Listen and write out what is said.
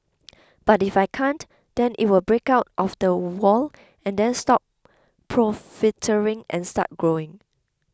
but if I can't then it will break out of the wall and then stop and start growing